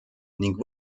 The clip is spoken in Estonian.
ning